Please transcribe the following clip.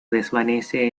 desvanece